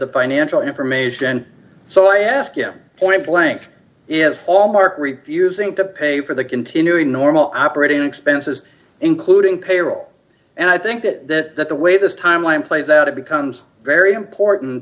the financial information so i ask him point blank is all mark refusing to pay for the continuing normal operating expenses including payroll and i think that the way this timeline plays out it becomes very important